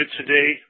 today